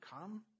come